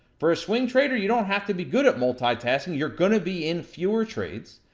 for a swing trader, you don't have to be good at multitasking. you're gonna be in fewer trades,